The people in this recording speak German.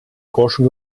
groschen